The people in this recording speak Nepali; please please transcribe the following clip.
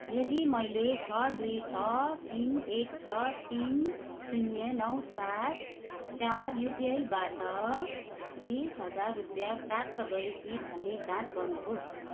यदि मैले छ दुई छ तिन एक छ तिन शून्य नौ सात चार युपिआईबाट बिस हजार रुपियाँ प्राप्त गरेँ कि भने जाँच गर्नुहोस्